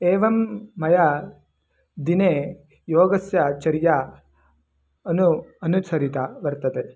एवं मया दिने योगस्य चर्या अनु अनुसरिता वर्तते